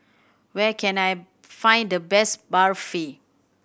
where can I find the best Barfi